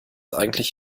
eigentlich